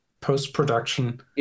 post-production